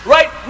Right